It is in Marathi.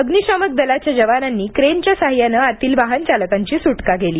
अग्निशामक दलाच्या जवानांनी क्रेनच्या सहाय्याने आतील वाहनचालकांची सुटका केली